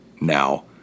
now